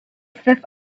fifth